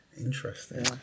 Interesting